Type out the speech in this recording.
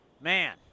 man